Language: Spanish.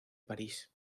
parís